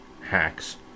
hacks